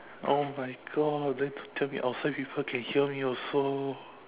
oh my god then don't tell me outside people can hear me also